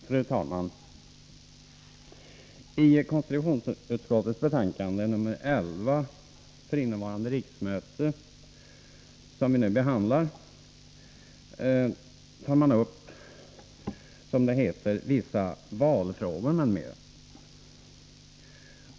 Fru talman! I konstitutionsutskottets betänkande nr 11 innevarande riksmöte, som vi nu behandlar, tar man upp — som det heter — vissa valfrågor m.m.